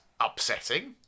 upsetting